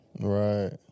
Right